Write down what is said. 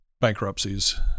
bankruptcies